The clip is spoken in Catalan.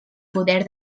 poder